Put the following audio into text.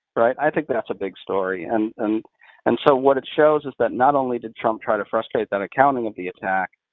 right? i think that's a big story. and and and so what it shows is that not only did trump try to frustrate that accounting of the attack,